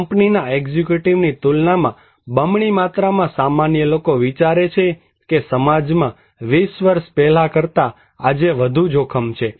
કંપનીના એક્ઝિક્યુટિવની તુલનામાં બમણી માત્રામાં સામાન્ય લોકો વિચારે છે કે સમાજમાં 20 વર્ષ પહેલા કરતા આજે વધુ જોખમ છે